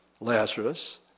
Lazarus